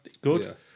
good